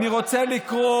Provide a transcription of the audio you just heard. מה קרה לך?